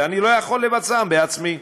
ואני לא יכול לבצען בעצמי.